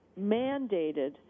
mandated